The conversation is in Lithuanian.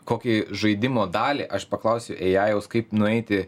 kokį žaidimo dalį aš paklausiu eajaus kaip nueiti